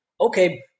okay